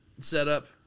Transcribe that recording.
setup